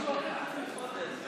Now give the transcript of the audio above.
ההצבעה.